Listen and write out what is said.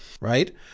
right